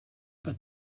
but